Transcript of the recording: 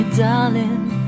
darling